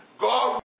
God